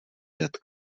dat